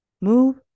Move